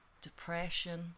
depression